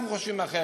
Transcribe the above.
אנחנו חושבים אחרת,